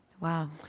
Wow